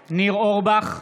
אורבך,